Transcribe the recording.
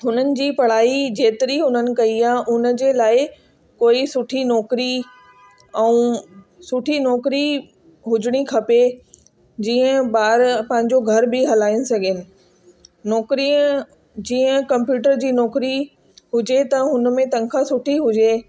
हुननि जी पढ़ाई जेतिरी हुननि कई आहे हुन जे लाइ कोई सुठी नौकरी ऐं सुठी नौकरी हुजणी खपे जीअं ॿार पंहिंजो घर बि हलाइनि सघनि नौकरीअ जीअं कंप्यूटर जी नौकरी हुजे त हुनमें तंखा सुठी हुजे